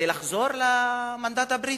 לחזור למנדט הבריטי.